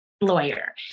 lawyer